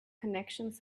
connections